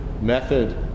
method